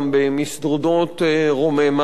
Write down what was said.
במסדרונות רוממה,